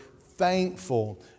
thankful